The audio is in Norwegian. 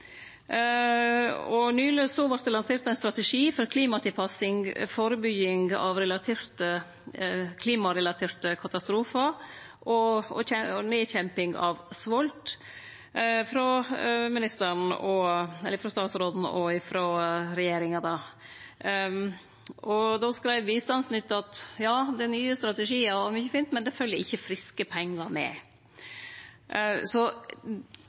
Og nyleg vart det lansert ein strategi for klimatilpassing, førebygging av klimarelaterte katastrofar og nedkjemping av svolt frå statsråden og regjeringa, og då skreiv bistandsministeren mykje fint – men det følgjer ikkje friske pengar med. Så